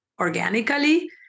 organically